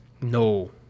No